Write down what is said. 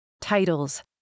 Titles